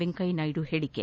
ವೆಂಕಯ್ಚನಾಯ್ಡ ಹೇಳಿಕೆ